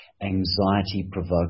anxiety-provoked